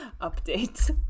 update